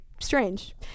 strange